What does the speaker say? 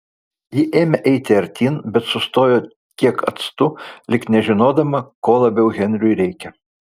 ji ėmė eiti artyn bet sustojo kiek atstu lyg nežinodama ko labiau henriui reikia